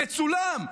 מצולם.